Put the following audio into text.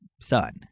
son